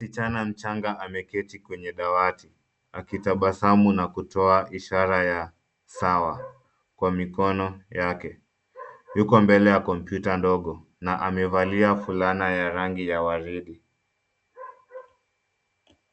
Kijana mchanga ameketi kwenye dawati, akitabasamu na kutoa ishara ya sawa kwa mikono yake. Yuko mbele ya kompyuta ndogo na amevalia fulana ya rangi ya waridi.